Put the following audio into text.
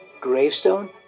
gravestone